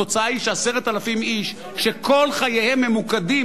התוצאה היא ש-10,000 איש שכל חייהם ממוקדים